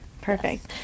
perfect